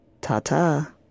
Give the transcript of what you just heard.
Ta-ta